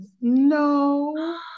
No